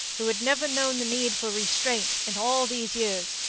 who had never known the need for restraint in all these years,